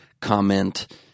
comment